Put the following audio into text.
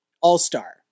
all-star